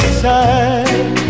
side